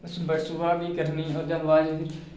फिर सुबह बी करनी ओह्दे बाद च